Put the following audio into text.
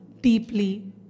deeply